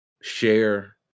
share